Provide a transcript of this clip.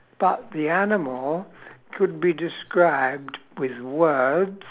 but the animal could be described with words